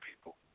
people